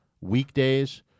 weekdays